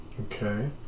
Okay